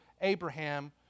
Abraham